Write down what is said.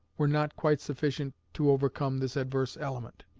were not quite sufficient to overcome this adverse element.